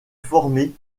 formé